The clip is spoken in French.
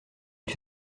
ils